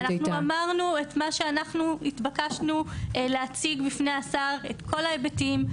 ואנחנו אמרנו את מה שאנחנו התבקשנו להציג בפני השר את כל ההיבטים.